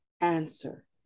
answer